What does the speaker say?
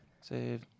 save